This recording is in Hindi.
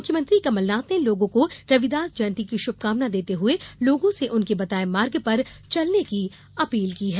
मुख्यमंत्री कमलनाथ ने लोगों को रविदास जयंती की शुभकामना देते हुए लोगों से उनके बताये मार्ग पर चलने की अपील की है